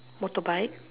motorbike